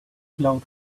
cloud